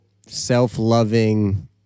self-loving